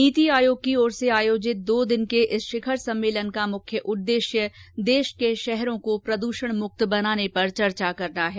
नीति आयोग की ओर से आयोजित दो दिन के इस शिखर सम्मेलन का मुख्य उद्देश्य देश के शहरों को प्रदूषण मुक्त बनाने पर चर्चा करना है